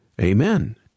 Amen